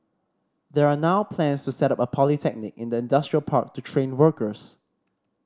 there are now plans to set up a polytechnic in the industrial park to train workers